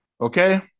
Okay